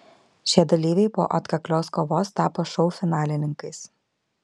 šie dalyviai po atkaklios kovos tapo šou finalininkais